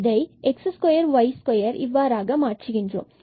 இதை x2y2 இவ்வாறாக மாற்றுகிறோம்